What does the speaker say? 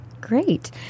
Great